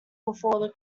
before